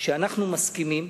שאנחנו מסכימים